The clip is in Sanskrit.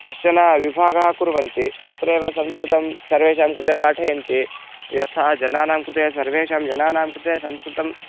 कश्चन विभागः कुर्वन्ति तत्रैव संस्कृतं सर्वेषां कृते पाठयन्ति यथा जनानां कृते सर्वेषां जनानां कृते संस्कृतम्